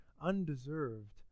undeserved